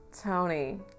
Tony